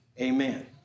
Amen